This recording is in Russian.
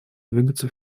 двигаться